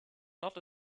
not